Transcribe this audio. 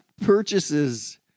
purchases